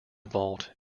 vault